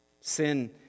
sin